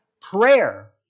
prayer